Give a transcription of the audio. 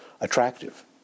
attractive